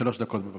שלוש דקות, בבקשה.